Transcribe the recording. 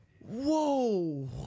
Whoa